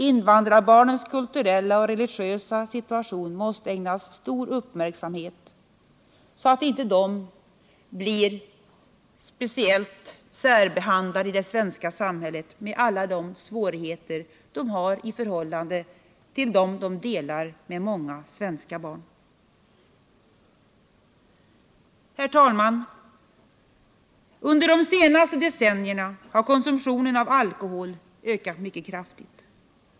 Invandrarbarnens kulturella och religiösa situation måste ägnas stor uppmärksamhet, så att de inte blir särbehandlade i det svenska samhället, på grund av de svårigheter de har vid sidan av dem som de delar med många svenska barn. Herr talman! Under de senaste decennierna har konsumtionen av alkohol ökat mycket kraftigt.